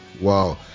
Wow